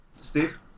Steve